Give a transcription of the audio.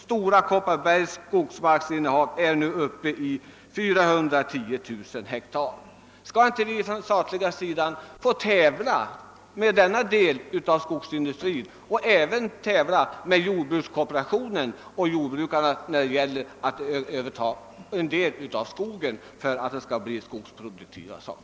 Stora Koppar bergs skogsmarksinnehav är nu ungefär 410 000 hektar.» Skall inte staten få tävla med denna del av skogsindustrin och med jordbrukskooperationen om att få överta en del av skogen för att åstadkomma större produktivitet?